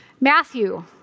Matthew